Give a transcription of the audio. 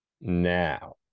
Now